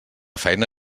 feina